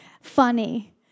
funny